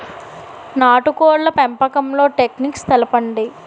నాటుకోడ్ల పెంపకంలో టెక్నిక్స్ తెలుపండి?